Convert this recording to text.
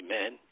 Amen